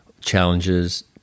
challenges